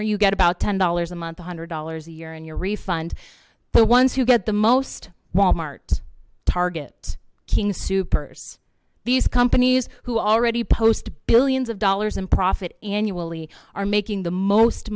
owner you get about ten dollars a month one hundred dollars a year and your refund the ones who get the most walmart target king soopers these companies who already post billions of dollars in profit annually are making the most